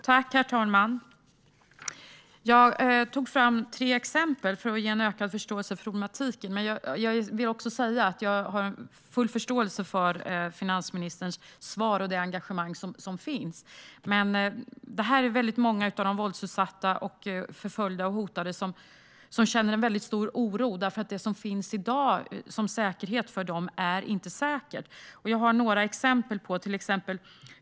Herr talman! Jag har tagit fram tre exempel för att ge en ökad förståelse för problematiken, men jag vill också säga att jag har full förståelse för finansministerns svar och det engagemang som finns. Väldigt många av de våldsutsatta, förföljda och hotade känner dock en stor oro, för det som i dag finns som säkerhet för dem är inte säkert. Jag har några exempel på detta.